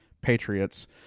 Patriots